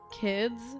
kids